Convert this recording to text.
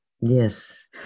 Yes